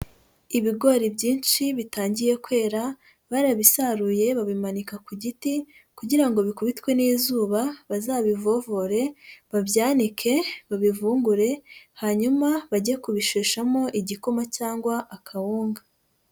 Ibigori byinshi bitangiye kwera, barabisaruye babimanika ku giti kugira ngo bikubitwe n'izuba, bazabivovore babyanike babivungure, hanyuma bajye kubisheshamo igikoma cyangwa akawunga.